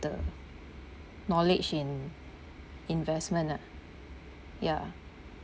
the knowledge in investment ah ya